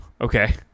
okay